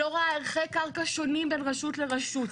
לא רואה ערכי קרקע שונים בין רשות לרשות.